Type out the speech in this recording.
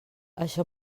això